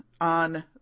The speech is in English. on